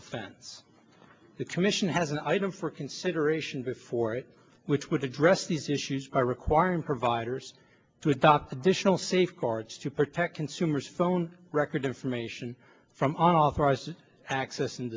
offense the commission has an item for consideration before it which would address these issues are requiring providers to adopt additional safeguards to protect consumers phone records information from authorized access and